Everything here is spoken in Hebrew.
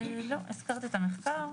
לא, הזכרת את המחקר.